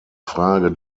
frage